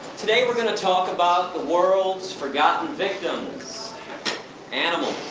today we are going to talk about the world's forgotten victims animals.